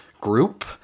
group